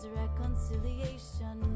reconciliation